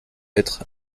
être